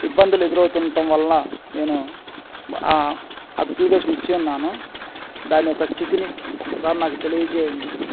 ఇబ్బందులు ఎదురవుతుంటం వల్ల నేను అప్లికేషన్ ఇచ్ఛి ఉన్నాను దాని యొక్క స్థితిని ఒకసారి నాకు తెలియజేయండి